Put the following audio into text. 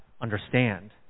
understand